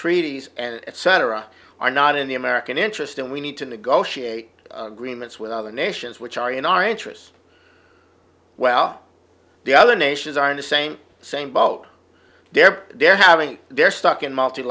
treaties and cetera are not in the american interest and we need to negotiate green that's with other nations which are in our interest well the other nations are in the same same boat there they're having their stock in